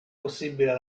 possibile